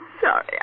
sorry